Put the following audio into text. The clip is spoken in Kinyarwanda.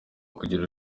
kugira